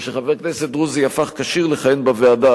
או שחבר כנסת דרוזי הפך כשיר לכהן בוועדה,